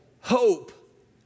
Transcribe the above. hope